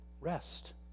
Rest